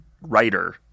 writer